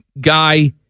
guy